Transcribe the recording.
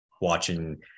watching